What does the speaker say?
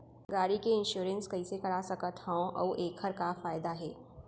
गाड़ी के इन्श्योरेन्स कइसे करा सकत हवं अऊ एखर का फायदा हे?